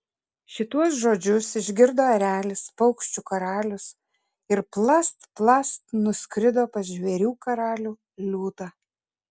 šituos žodžius išgirdo erelis paukščių karalius ir plast plast nuskrido pas žvėrių karalių liūtą